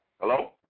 Hello